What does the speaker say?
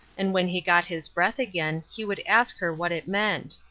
and when he got his breath again he would ask her what it meant.